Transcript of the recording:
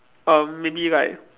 um maybe like